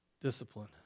Discipline